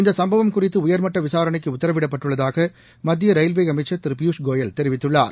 இந்தசம்பவம் குறித்துஉயர்மட்ட விசாரணைக்குஉத்தரவிடப்பட்டுஉள்ளதாகமத்தியரயில்வேஅமைச்சர் திருபியூஷ்கோயல் தெரிவித்துள்ளார்